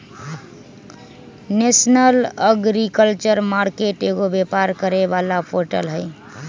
national agriculture market एगो व्यापार करे वाला पोर्टल हई